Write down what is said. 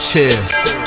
Cheers